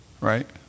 right